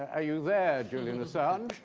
are you there, julian assange?